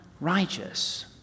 righteous